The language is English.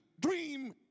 dream